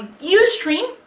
u stream.